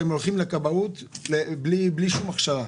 הם הולכים לכבאות בלי שום הכשרה.